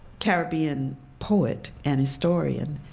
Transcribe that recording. caribbean poet and historian,